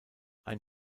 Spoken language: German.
ein